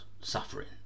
suffering